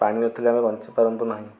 ପାଣି ନଥିଲେ ଆମେ ବଞ୍ଚିପାରନ୍ତୁ ନାହିଁ